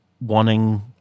wanting